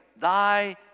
thy